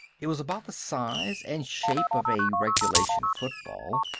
it was about the size and shape of a regulation football,